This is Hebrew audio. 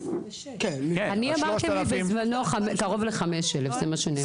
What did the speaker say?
אני אמרתי בזמנו, קרוב ל-5 אלף, זה מה שנאמר לי.